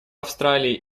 австралии